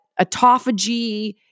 autophagy